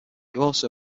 also